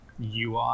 UI